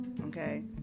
Okay